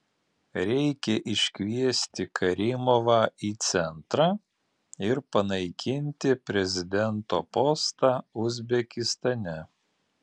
reikia iškviesti karimovą į centrą ir panaikinti prezidento postą uzbekistane